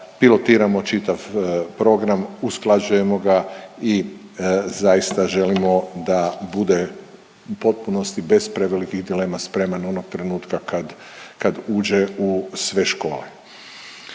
pilotiramo čitav program, usklađujemo ga i zaista želimo da bude u potpunosti bez prevelikih problema sprema onog trenutka kad, kad uđe u sve škole.